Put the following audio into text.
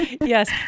Yes